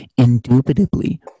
Indubitably